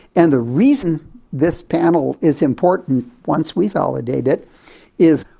and the reason this panel is important once we validate it is,